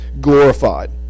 glorified